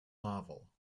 novel